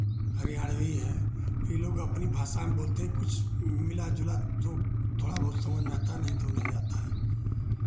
हरीयाणवी हैं ये लोग अपनी भाषा में बोलते हैं कुछ मिला जुला तो थोड़ा बहुत समझ में आता है नहीं तो नहीं आता है